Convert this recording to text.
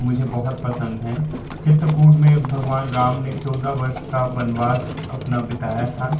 मुझे बहुत पसंद हैं चित्रकूट में भगवान राम ने चौदह वर्ष का वनवास अपना बिताया था